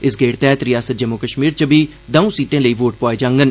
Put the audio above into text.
इस गेड़ तैहत रिआसत जम्मू कश्मीर च बी दौं सीटें लेई वोट पुआए जाङन